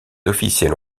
officiels